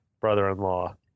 brother-in-law